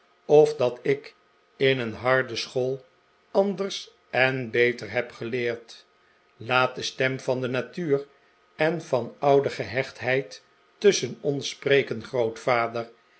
of dat ik in een harde school anders en beter heb geleerd laat de stem van de natuur en van oude gehechtheid tusschen ons spreken grootvader